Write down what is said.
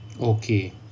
Okay